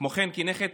כמו כן, כנכד